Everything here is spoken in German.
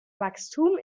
wachstum